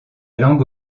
langue